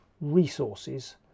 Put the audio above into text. resources